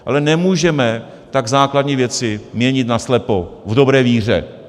Ale nemůžeme tak základní věci měnit naslepo v dobré víře.